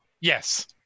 Yes